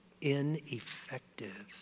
ineffective